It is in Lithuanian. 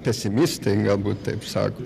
pesimistai galbūt taip sako